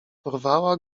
porwała